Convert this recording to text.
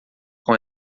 com